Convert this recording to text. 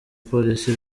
police